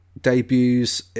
debuts